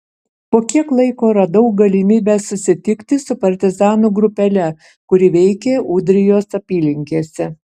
po kiek laiko radau galimybę susitikti su partizanų grupele kuri veikė ūdrijos apylinkėse